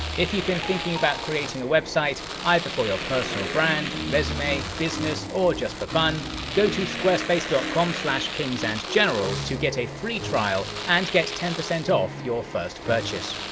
if you've been thinking about creating a website either for your personal brand, resume, business, or just for fun go to squarespace dot com slash kingsandgenerals to get a free trial and get ten percent off your first purchase.